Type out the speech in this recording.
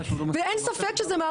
חוץ מטיבי, וזה לגיטימי.